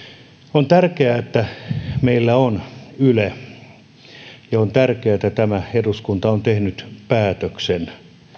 on tärkeää että meillä on yle ja on tärkeää että tämä eduskunta on tehnyt päätöksen